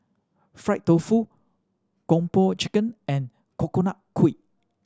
fried tofu Kung Po Chicken and Coconut Kuih